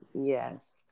yes